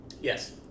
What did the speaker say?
Yes